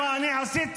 מה אני עשיתי?